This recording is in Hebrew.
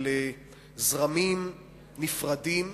של זרמים נפרדים,